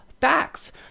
facts